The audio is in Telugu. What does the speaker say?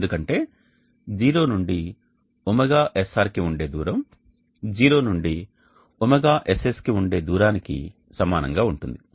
ఎందుకంటే 0 నుండి ωSR కి ఉండే దూరం 0 నుండి ωSS కి ఉండే దూరానికి సమానంగా ఉంటుంది